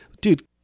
dude